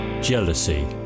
Jealousy